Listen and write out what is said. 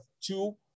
two